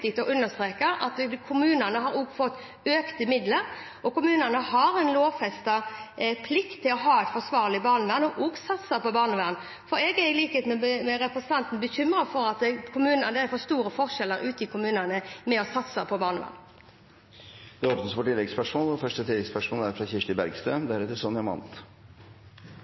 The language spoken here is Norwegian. at de har en lovfestet plikt til å ha et forsvarlig barnevern og å satse på barnevern. Jeg er i likhet med representanten bekymret for at det er for store forskjeller ute i kommunene knyttet til det å satse på barnevern. Det åpnes for